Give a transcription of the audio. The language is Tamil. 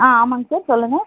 ஆ ஆமாம்ங்க சார் சொல்லுங்கள்